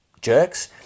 jerks